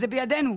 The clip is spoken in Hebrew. זה בידינו,